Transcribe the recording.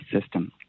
system